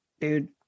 dude